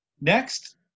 Next